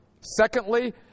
Secondly